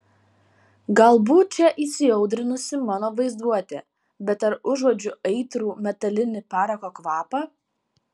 galbūt čia įsiaudrinusi mano vaizduotė bet ar užuodžiu aitrų metalinį parako kvapą